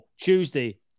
Tuesday